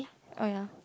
oh ya